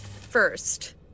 first